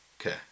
Okay